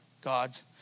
God's